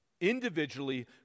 individually